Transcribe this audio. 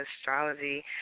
Astrology